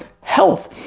health